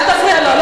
אל תפריע לו.